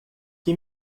que